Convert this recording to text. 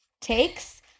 takes